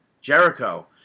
Jericho